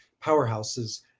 powerhouses